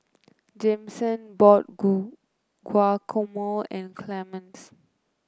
Jameson bought Guacamole and Clemence